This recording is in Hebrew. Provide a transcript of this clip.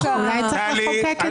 אולי צריך לחוקק את זה, טלי.